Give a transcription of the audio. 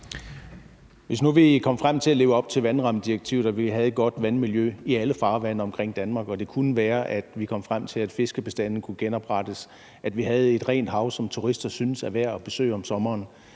hvis vi nu kom frem til at leve op til vandrammedirektivet og vi havde et godt vandmiljø i alle farvande omkring Danmark, og det kunne være, at vi kom frem til, at fiskebestanden kunne genoprettes, og vi havde et rent hav, som turister synes er værd at besøge om sommeren?